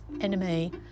enemy